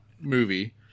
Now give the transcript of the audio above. movie